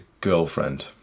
girlfriend